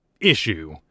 issue